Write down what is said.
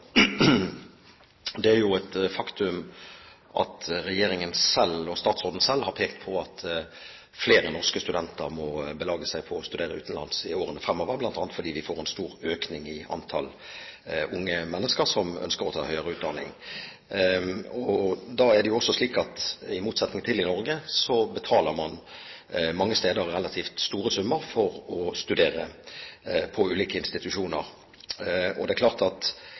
Det er jo et faktum at regjeringen og statsråden selv har pekt på at flere norske studenter må belage seg på å studere utenlands i årene fremover, bl.a. fordi vi får en stor økning i antall unge mennesker som ønsker å ta høyere utdanning. I motsetning til i Norge betaler man mange steder relativt store summer for å studere ved ulike institusjoner, og stipendandelen, som altså valutajusteres, utgjør sannsynligvis for de fleste bare en liten del av de faktiske studiekostnadene. Jeg håper at